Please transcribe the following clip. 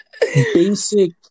basic